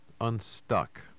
unstuck